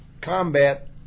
combat